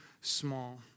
small